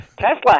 tesla